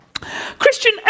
Christian